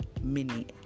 Mini